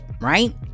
right